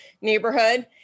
neighborhood